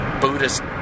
Buddhist